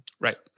Right